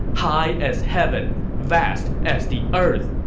high as heaven, vast as the earth,